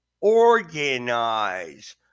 organize